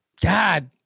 God